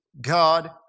God